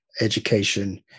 education